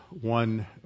one